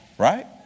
Right